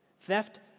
Theft